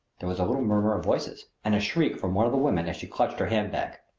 there was a little murmur of voices and a shriek from one of the women as she clutched her handbag.